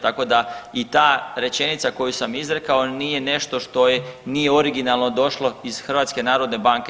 Tako da i ta rečenica koju sam izrekao nije nešto što nije originalno došlo iz HNB-a.